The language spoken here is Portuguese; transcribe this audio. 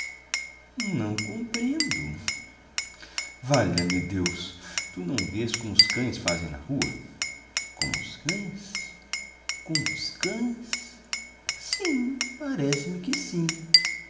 não compreendo valha-me deus tu não vês como os cães fazem na rua como os cães como os cães sim parece-me que sim